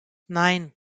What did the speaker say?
nein